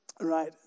right